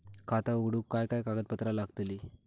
खाता उघडूक काय काय कागदपत्रा लागतली?